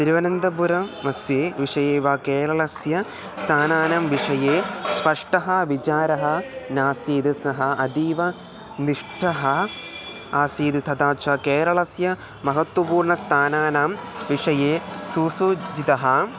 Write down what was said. तिरुवनन्तपुरमस्य विषये वा केरळस्य स्थानानां विषये स्पष्टः विचारः नासीद् सः अतीव निष्ठः आसीद् तथा च केरळस्य महत्त्वपूर्णस्थानानां विषये सुसुचितः